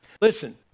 Listen